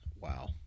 Wow